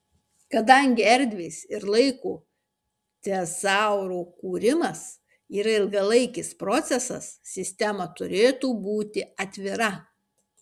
kadangi erdvės ir laiko tezauro kūrimas yra ilgalaikis procesas sistema turėtų būti atvira